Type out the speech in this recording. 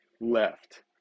left